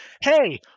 hey